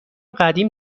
قدیم